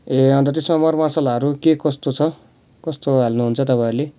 ए अन्त त्यसमा मरमसलाहरू के कस्तो छ कस्तो हाल्नुहुन्छ तपाईँहरूले